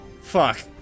fuck